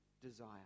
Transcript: desire